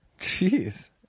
Jeez